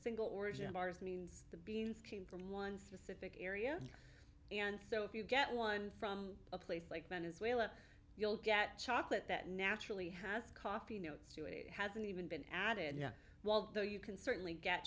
single origin bars means the beans came from one specific area and so if you get one from a place like venezuela you'll get chocolate that naturally has coffee notes to it hasn't even been added while though you can certainly get